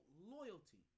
loyalty